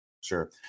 Sure